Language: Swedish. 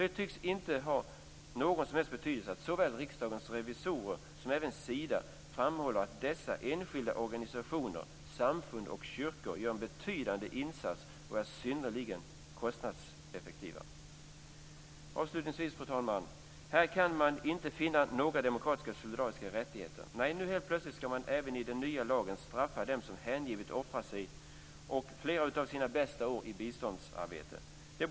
Det tycks inte ha någon som helst betydelse att såväl Riksdagens revisorer som Sida framhåller att dessa enskilda organisationer, samfund och kyrkor gör en betydande insats och är synnerligen kostnadseffektiva. Fru talman! Avslutningsvis vill jag säga att här kan man inte finna några demokratiska och solidariska rättigheter. Även i den nya lagen ska man helt plötsligt straffa dem som hängivet offrar sig och flera av sina bästa år i biståndsarbete.